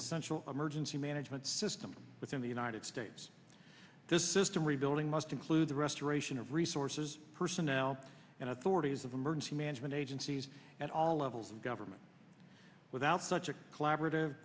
essential emergency management system within the united states this system rebuilding must include the restoration of resources personnel and authorities of emergency management agencies at all levels of government without such a collaborative